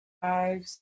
Five